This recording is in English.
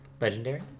Legendary